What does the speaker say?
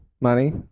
Money